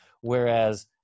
whereas